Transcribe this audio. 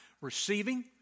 receiving